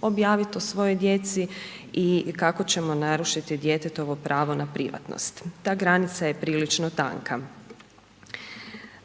objaviti o svojoj djeci i kako ćemo narušiti djetetovo pravo na privatnost. Ta granica je prilično tanka.